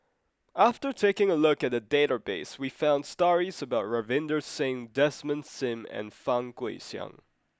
after taking a look at the database we found stories about Ravinder Singh Desmond Sim and Fang Guixiang